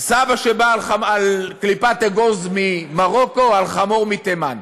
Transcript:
סבא שבא על קליפת אגוז ממרוקו, על חמור מתימן?